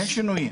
אין שינויים.